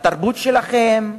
התרבות שלכם,